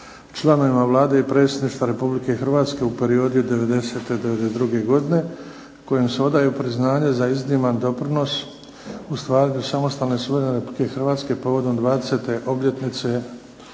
članovima Vlade i predsjedništva RH u periodu od 90'-te do '92. godine kojim se odaje priznanje za izniman doprinos u stvaranju samostalne suverene RH povodom 20. obljetnice